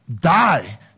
die